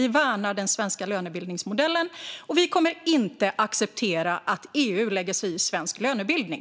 Vi värnar den svenska lönebildningsmodellen, och vi kommer inte att acceptera att EU lägger sig i svensk lönebildning.